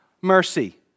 Mercy